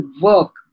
work